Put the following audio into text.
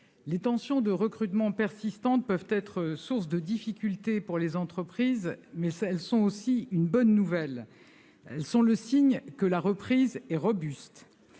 en matière de recrutement peuvent être source de difficultés pour les entreprises, mais elles constituent aussi une bonne nouvelle, car elles sont le signe que la reprise est robuste.